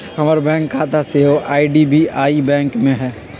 हमर बैंक खता सेहो आई.डी.बी.आई बैंक में हइ